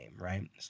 right